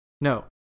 No